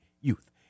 youth